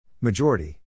Majority